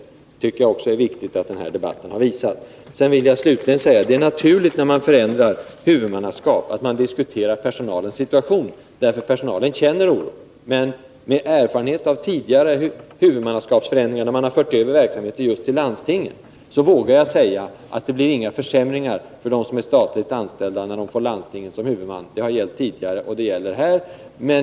Det tycker jag är viktigt att den här debatten har visat. Slutligen: det är naturligt när man förändrar huvudmannaskap, att man diskuterar personalens situation, därför att personalen känner oro. Men med erfarenhet av tidigare huvudmannaskapsförändringar, när man har fört över verksamhet till landstingen, vågar jag säga att det inte blir några försämringar för dem som är statligt anställda när de får landstinget som huvudman. Det har gällt tidigare, och det gäller här.